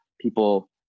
people